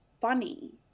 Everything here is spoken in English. funny